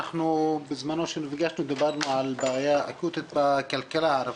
בזמנו כשנפגשנו דיברנו על בעיה אקוטית בכלכלה הערבית,